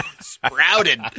Sprouted